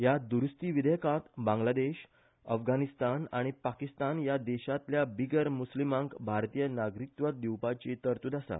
ह्या दुरुस्ती विधेयकात बांगलादेश अफगानिस्तान आनी पाकिस्तान या देशातल्या बिगर मुस्लिमांक भारतीय नागरीकत्व दिवपाची तरतुद आसा